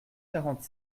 quarante